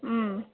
उम्